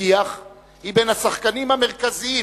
כי"ח, הוא בין השחקנים המרכזיים